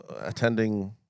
attending